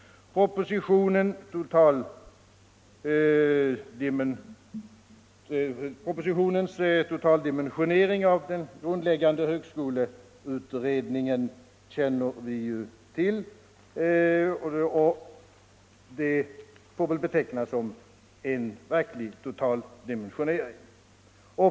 Propositionens dimensionering av den grundläggande högskoleutbildningen känner vi ju till, och den får väl betecknas som en verklig totaldimensionering.